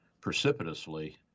precipitously